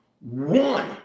One